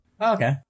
Okay